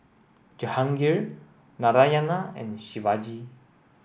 Jehangirr Narayana and Shivaji